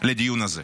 של הדיון הזה.